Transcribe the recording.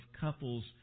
couples